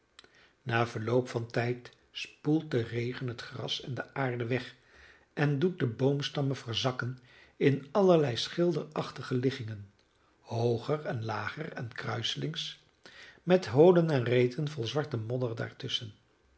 na verloop van tijd spoelt de regen het gras en de aarde weg en doet de boomstammen verzakken in allerlei schilderachtige liggingen hooger en lager en kruiselings met holen en reten vol zwarte